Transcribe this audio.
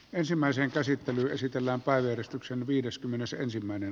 ensimmäisen käsittelyn käsitellään pääjäristyksen viideskymmenesensimmäinen